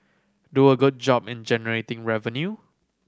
do a good job in generating revenue